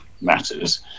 matters